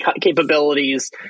capabilities